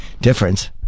difference